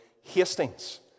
Hastings